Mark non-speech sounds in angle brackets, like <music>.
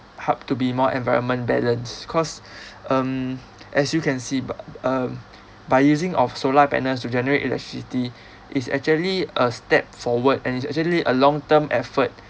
hub to be more environment balance cause <breath> um as you can see bu~ um by using of solar panels to generate electricity is actually a step forward and it's actually a long term effort